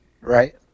right